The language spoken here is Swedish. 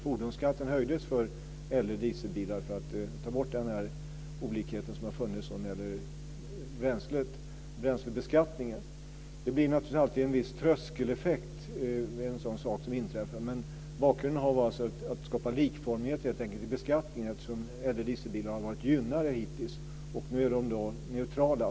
Fordonsskatten höjdes för äldre dieselbilar för att ta bort olikheten som har funnits när det gäller bränslet och bränslebeskattningen. Det blir naturligtvis alltid en viss tröskeleffekt. Det är en sådan sak som inträffar. Men bakgrunden har varit att skapa likformighet i beskattningen, eftersom äldre dieselbilar hittills har varit gynnade. Nu är de neutrala.